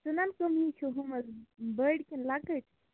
ژٕنَن کٔم حظ چھِو یِم حظ بٔڈۍ کِنہٕ لۅکٕٹۍ